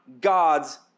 God's